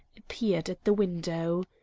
appeared at the window.